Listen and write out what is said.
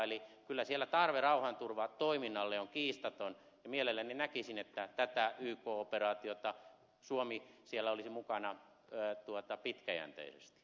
eli kyllä siellä tarve rauhanturvatoiminnalle on kiistaton ja mielelläni näkisin että tässä yk operaatiossa suomi olisi mukana pitkäjänteisesti